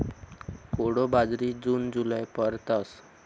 कोडो बाजरी जून जुलैमा पेरतस